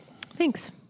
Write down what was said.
Thanks